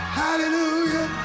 hallelujah